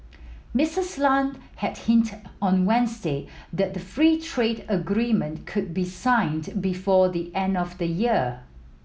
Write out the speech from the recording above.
Missis Lam had hinted on Wednesday that the free trade agreement could be signed before the end of the year